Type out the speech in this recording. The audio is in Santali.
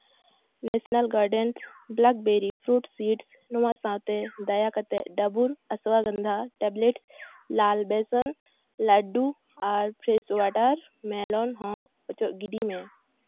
national gardens blackberry fruits seeds ᱱᱚᱣᱟ ᱥᱟᱶᱛᱮ ᱫᱟᱭᱟ ᱠᱟᱛᱮᱫ ᱰᱟᱵᱚᱨ ᱟᱥᱥᱚᱜᱚᱱᱫᱷᱟ ᱴᱮᱵᱽᱞᱮᱴᱥ ᱞᱟᱞ ᱵᱮᱥᱚᱱ ᱞᱟᱰᱰᱩ ᱟᱨ ᱯᱷᱨᱮᱥᱳ ᱳᱣᱟᱴᱟᱨᱢᱮᱞᱚᱱ ᱦᱚᱸ ᱚᱪᱚᱜ ᱜᱤᱰᱤ ᱢᱮ